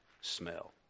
smell